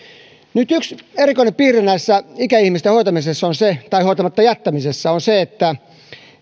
nyt yksi erikoinen piirre tässä ikäihmisten hoitamisessa tai hoitamatta jättämisessä on se että